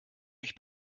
euch